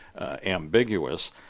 ambiguous